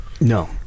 No